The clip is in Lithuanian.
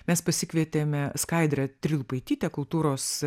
mes pasikvietėme skaidrą trilupaitytę kultūros